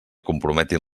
comprometin